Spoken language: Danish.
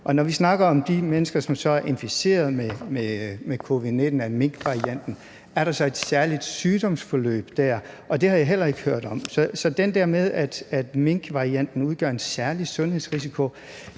Når vi snakker om de mennesker, som så er inficeret med covid-19 af en variant fra en mink, er der så et særligt sygdomsforløb der? Det har jeg heller ikke hørt om. Så den der med, at covid-19-varianten fra en mink udgør en særlig sundhedsrisiko,